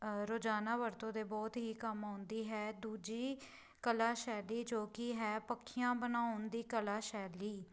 ਰੋਜ਼ਾਨਾ ਵਰਤੋਂ ਦੇ ਬਹੁਤ ਹੀ ਕੰਮ ਆਉਂਦੀ ਹੈ ਦੂਜੀ ਕਲਾ ਸ਼ੈਲੀ ਜੋ ਕਿ ਹੈ ਪੱਖੀਆਂ ਬਣਾਉਣ ਦੀ ਕਲਾ ਸ਼ੈਲੀ